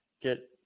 get